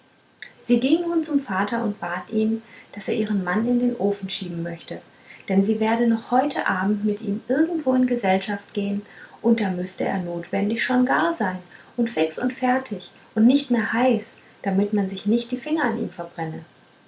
sie ging nun zum vater und bat ihn daß er ihren mann in den ofen schieben möchte denn sie werde noch heute abend mit ihm irgendwo in gesellschaft gehen und da müßte er notwendig schon gar sein und fix und fertig und nicht mehr heiß damit man sich nicht die finger an ihm verbrenne